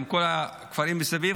עם כל הכפרים מסביב,